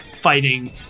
fighting